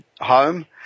home